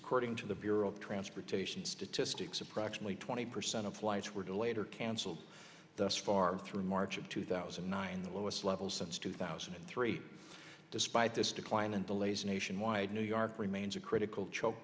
according to the bureau of transportation statistics approximately twenty percent of flights were delayed or cancelled thus far through march of two thousand and nine the lowest levels since two thousand and three despite this decline and delays nationwide new york remains a critical choke